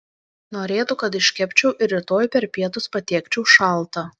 norėtų kad iškepčiau ir rytoj per pietus patiekčiau šaltą